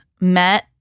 met